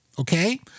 okay